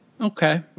Okay